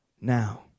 Now